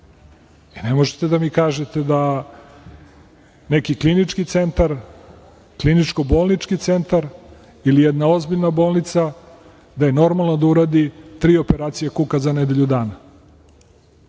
Ne možete da mi kažete da neki klinički centar, kliničko-bolnički centar ili jedna ozbiljna bolnica da je normalno da uradi tri operacije kuka za nedelju dana.